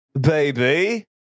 baby